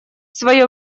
свое